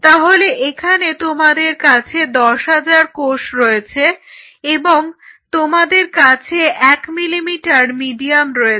তাহলে এখানে তোমাদের কাছে 10000 কোষ রয়েছে এবং তোমাদের কাছে 1 মিলিলিটার মিডিয়াম রয়েছে